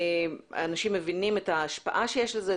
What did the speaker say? האנשים מבינים את ההשפעה שיש לזה,